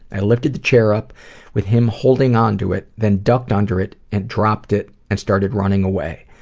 i lifted the chair up with him holding on to it then duct under it and dropped it and started running away,